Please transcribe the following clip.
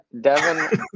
Devin